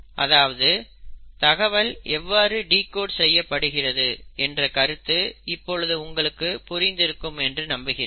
அதாவது தகவல் எவ்வாறு டிகோட் செய்யப்படுகிறது என்ற கருத்து இப்பொழுது உங்களுக்கு புரிந்திருக்கும் என்று நம்புகிறேன்